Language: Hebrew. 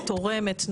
תורמת,